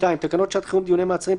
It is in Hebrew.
(2)תקנות שעת חירום (דיוני מעצרים),